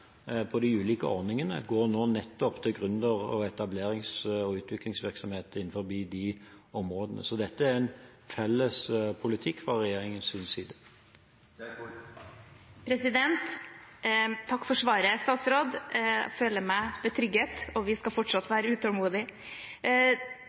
de ulike ordningene går nettopp til gründer-, etablerings- og utviklingsvirksomhet innenfor de områdene. Så dette er en felles politikk fra regjeringens side. Takk for svaret. Jeg føler meg betrygget, og vi skal fortsatt